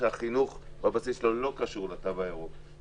החינוך לא קשור לתו הירוק.